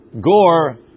gore